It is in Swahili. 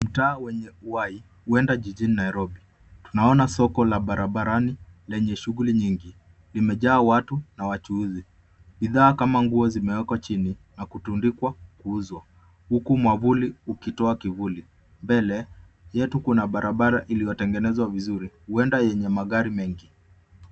Mtaa wenye uhai, huenda jijini Nairobi. Naona soko la barabarani lenye shughuli nyingi, limejaa watu na wachuuzi. Bidhaa kama nguo zimewekwa chini na kutundikwa kuuzwa, huku mwavuli ukitoa kivuli. Mbele yetu, kuna barabara iliyotengenezwa vizuri huenda yenye magari mengi.